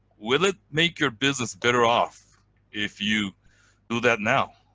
will it make your business better off if you do that now?